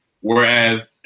Whereas